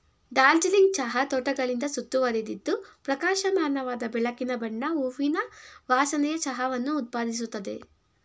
ಡಾರ್ಜಿಲಿಂಗ್ ಚಹಾ ತೋಟಗಳಿಂದ ಸುತ್ತುವರಿದಿದ್ದು ಪ್ರಕಾಶಮಾನವಾದ ಬೆಳಕಿನ ಬಣ್ಣ ಹೂವಿನ ವಾಸನೆಯ ಚಹಾವನ್ನು ಉತ್ಪಾದಿಸುತ್ತದೆ